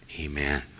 Amen